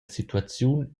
situaziun